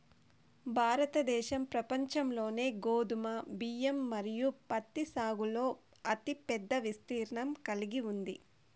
భారతదేశం ప్రపంచంలోనే గోధుమ, బియ్యం మరియు పత్తి సాగులో అతిపెద్ద విస్తీర్ణం కలిగి ఉంది